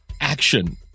action